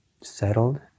settled